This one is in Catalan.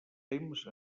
temps